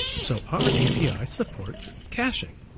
so our api supports caching,